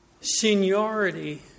Seniority